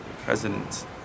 Presidents